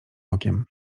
okiem